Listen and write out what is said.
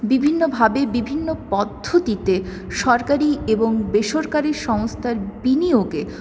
বিভিন্নভাবে বিভিন্ন পদ্ধতিতে সরকারি এবং বেসরকারি সংস্থার বিনিয়োগে